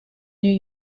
new